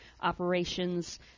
operations